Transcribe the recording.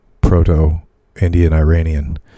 proto-Indian-Iranian